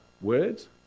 words